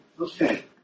Okay